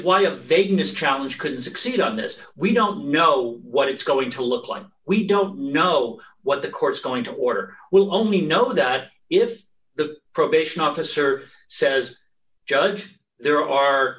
the vagueness challenge could succeed on this we don't know what it's going to look like we don't know what the court's going to order we'll only know that if the probation officer says judge there are